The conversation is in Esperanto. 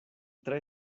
tre